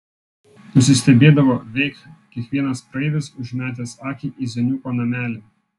nusistebėdavo veik kiekvienas praeivis užmetęs akį į zeniuko namelį